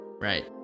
Right